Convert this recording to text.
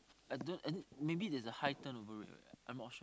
I don't I think maybe there's a high turnover rate right I'm not sure